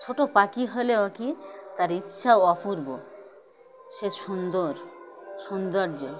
ছোটো পাখি হলেও কি তার ইচ্ছাও অপূর্ব সে সুন্দর সৌন্দর্য